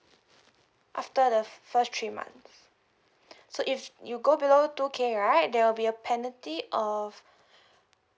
after the first three months so if you go below two K right there will be a penalty of